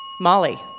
Molly